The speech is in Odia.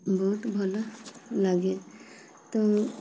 ବହୁତ ଭଲ ଲାଗେ ତ